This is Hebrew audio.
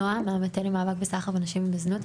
נועה מהמטה למאבק בסחר בנשים ובזנות.